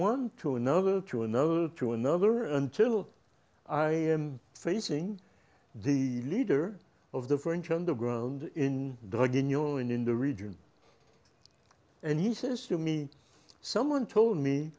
one to another to another to another until i am facing the leader of the french underground in drag in you and in the region and he says to me someone told me